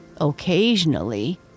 Occasionally